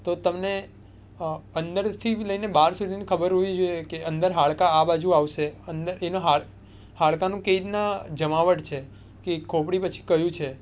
તો તમને અંદરથી લઈને બહાર સુધીની ખબર હોવી જોઈએ કે અંદર હાડકા આ બાજુ આવશે અને એના હાડકાનું કે રીતના જમાવટ છે એ ખોપડી પછી કયું છે